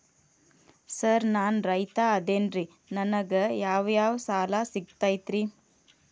Sir ನಾನು ರೈತ ಅದೆನ್ರಿ ನನಗ ಯಾವ್ ಯಾವ್ ಸಾಲಾ ಸಿಗ್ತೈತ್ರಿ?